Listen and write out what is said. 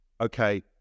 okay